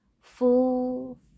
full